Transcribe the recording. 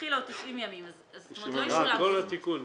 יתחיל עוד 90. אה, כל התיקון.